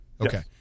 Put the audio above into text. Okay